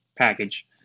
package